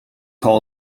hall